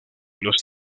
los